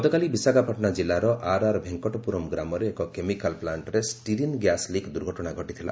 ଗତକାଲି ବିଶାଖାପାଟଣା ଜିଲ୍ଲାର ଆର୍ଆର୍ ଭେଙ୍କଟପୁରମ୍ ଗ୍ରାମରେ ଏକ କେମିକାଲ୍ ପ୍ଲାଷ୍ଟ୍ରେ ଷ୍ଟିରିନ୍ ଗ୍ୟାସ୍ ଲିକ୍ ଦୁର୍ଘଟଣା ଘଟିଥିଲା